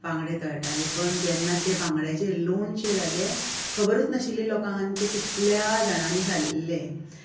बांगडे तळटालीं पूण जेन्ना ते बांगड्यांचें लोणचें जालें खबरूच नाशिल्ली लोकांक आनी तें कितल्या जाणांनीं खाल्लें